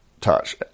touch